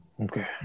Okay